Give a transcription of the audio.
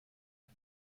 him